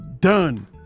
Done